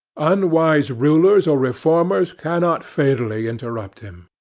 unwise rulers or reformers cannot fatally interrupt him.